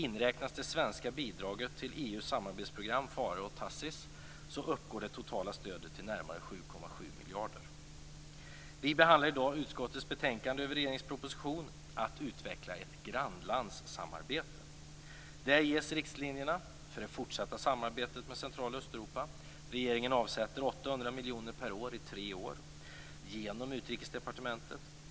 Inräknas det svenska bidraget till EU:s samarbetsprogram, Vi behandlar i dag utrikesutskottets betänkande över regeringens proposition Att utveckla ett grannlandssamarbete. Där ges riktlinjerna för det fortsatta samarbetet med Central och Östeuropa: Regeringen avsätter 800 miljoner kronor per år i tre år genom Utrikesdepartementet.